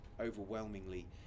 overwhelmingly